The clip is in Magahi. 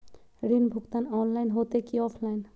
ऋण भुगतान ऑनलाइन होते की ऑफलाइन?